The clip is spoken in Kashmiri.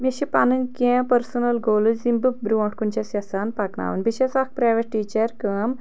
مےٚ چھِ پنٕنۍ کینٛہہ پٔرسٕنل گولٕز یِم بہٕ برٛونٛٹھ کُن چھس یژھان پکناوٕنۍ بہٕ چھس اکھ پرٛایویٹ ٹیٖچر کٲم